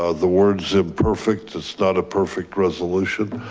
ah the word is imperfect, it's not a perfect resolution,